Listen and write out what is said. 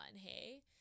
hey